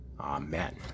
Amen